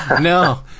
No